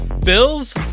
Bills